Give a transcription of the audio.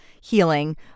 healing